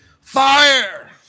fire